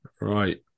right